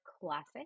classic